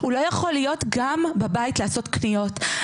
הוא לא יכול להיות גם בבית לעשות קניות.